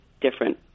different